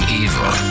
evil